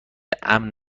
امن